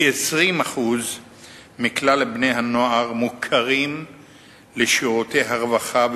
כ-20% מכלל בני הנוער מוכרים לשירותי הרווחה,